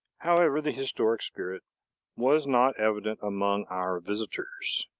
however, the historic spirit was not evident among our visitors